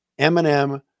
Eminem